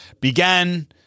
began